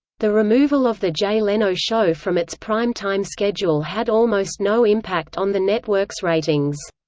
the removal of the jay leno show from its prime time schedule had almost no impact on the network's ratings.